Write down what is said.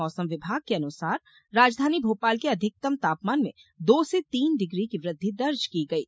मौसम विभाग के अनुसार राजधानी भोपाल के अधिकतम तापमान में दो से तीन डिग्री की वृद्धि दर्ज की गयी